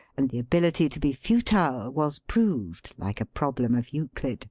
and the ability to be futile was proved like a problem of euclid